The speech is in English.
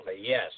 yes